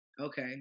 okay